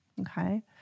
okay